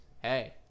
hey